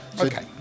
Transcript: Okay